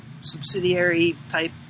subsidiary-type